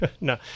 no